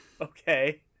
Okay